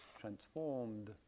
transformed